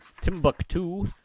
Timbuktu